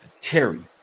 Terry